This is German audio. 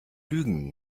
lügen